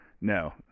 no